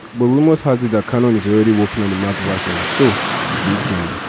but rumours has it that canon is already working on the mac version. so stay tuned.